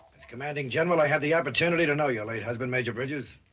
as commanding general, i have the opportunity. to know your late husband major bridges.